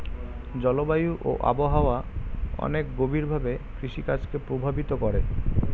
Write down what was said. জলবায়ু এবং আবহাওয়া অনেক গভীরভাবে কৃষিকাজ কে প্রভাবিত করে